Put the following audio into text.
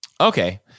Okay